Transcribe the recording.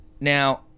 Now